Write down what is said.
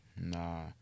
Nah